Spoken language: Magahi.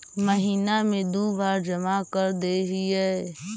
महिना मे दु बार जमा करदेहिय?